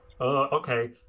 Okay